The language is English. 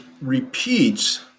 repeats